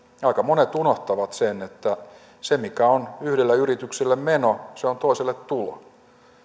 aika monet unohtavat sen että se mikä on yhdelle yritykselle meno on toiselle tulo